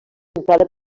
emprada